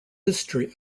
history